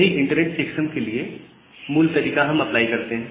यही internet checksum के लिए यही मूल तरीका हम अप्लाई करते है